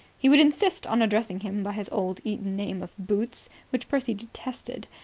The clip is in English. he would insist on addressing him by his old eton nickname of boots which percy detested.